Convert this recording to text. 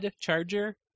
charger